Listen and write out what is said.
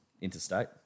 interstate